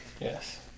Yes